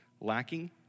lacking